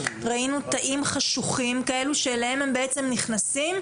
ראינו תאים חשוכים שאליהם הן נכנסות,